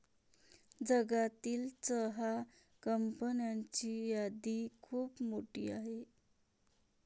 जगातील चहा कंपन्यांची यादी खूप मोठी आहे